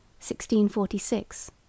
1646